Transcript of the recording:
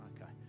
Okay